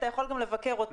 אתה יכול גם לבקר אותי.